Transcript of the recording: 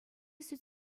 сӗт